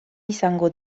izango